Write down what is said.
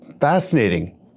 fascinating